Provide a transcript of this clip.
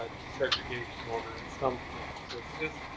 ah desegregation order at some point. so it's just,